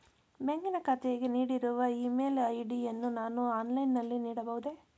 ಬ್ಯಾಂಕಿನ ಖಾತೆಗೆ ನೀಡಿರುವ ಇ ಮೇಲ್ ಐ.ಡಿ ಯನ್ನು ನಾನು ಆನ್ಲೈನ್ ನಲ್ಲಿ ನೀಡಬಹುದೇ?